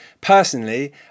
Personally